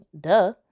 duh